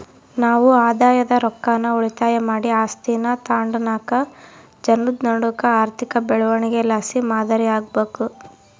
ನಾವು ಆದಾಯದ ರೊಕ್ಕಾನ ಉಳಿತಾಯ ಮಾಡಿ ಆಸ್ತೀನಾ ತಾಂಡುನಾಕ್ ಜನುದ್ ನಡೂಕ ಆರ್ಥಿಕ ಬೆಳವಣಿಗೆಲಾಸಿ ಮಾದರಿ ಆಗ್ಬಕು